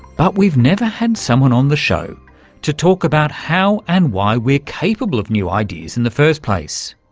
but we've never had someone on the show to talk about how and why we're capable of new ideas in the first place.